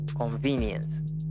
convenience